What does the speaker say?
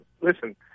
listen